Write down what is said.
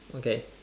okay